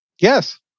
Yes